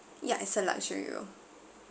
yeah it's a luxury room